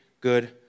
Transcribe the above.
Good